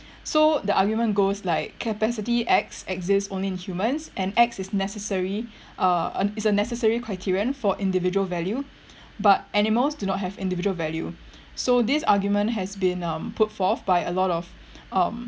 so the argument goes like capacity X exist only in humans and X is necessary uh is a necessary criterion for individual value but animals does not have individual value so this argument has been um put forth by a lot of um